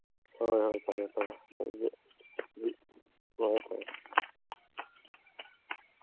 ꯍꯣꯏ ꯍꯣꯏ ꯐꯔꯦ ꯐꯔꯦ ꯍꯣꯏ ꯍꯣꯏ